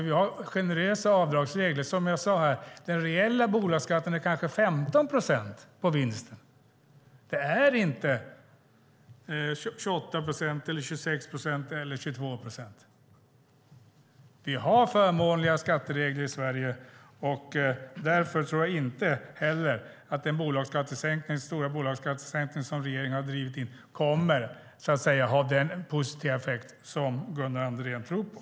Vi har generösa avdragsregler. Som jag sade är den reella bolagsskatten kanske 15 procent på vinsten. Den är inte 28, 26 eller 22 procent. Vi har förmånliga skatteregler i Sverige. Därför tror jag inte heller att den stora bolagsskattesänkning som regeringen har drivit in kommer att ha den positiva effekt som Gunnar Andrén tror på.